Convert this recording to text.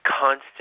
constant